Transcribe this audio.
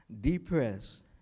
depressed